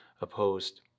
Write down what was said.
opposed